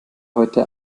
heute